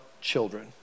children